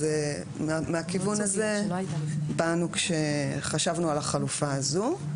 מהכיוון הזה פעלנו כאשר חשבנו על החלופה הזאת.